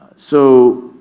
so,